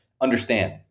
understand